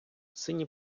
синій